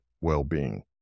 well-being